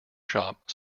shop